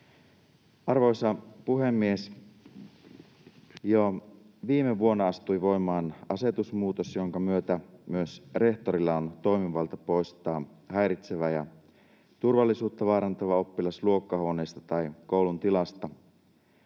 Arvoisa puhemies! Jo viime vuonna astui voimaan asetusmuutos, jonka myötä myös rehtorilla on toimivalta poistaa häiritsevä ja turvallisuutta vaarantava oppilas luokkahuoneesta tai koulun tilasta.